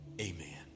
Amen